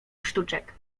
sztuczek